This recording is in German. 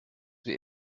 wir